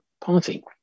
Party